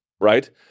Right